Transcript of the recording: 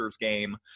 game